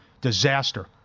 disaster